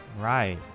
right